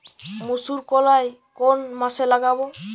মুসুর কলাই কোন মাসে লাগাব?